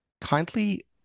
Kindly